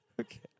Okay